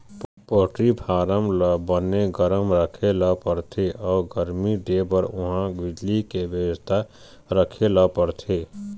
poultry farm ल बने गरम राखे ल परथे अउ गरमी देबर उहां बिजली के बेवस्था राखे ल परथे